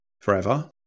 forever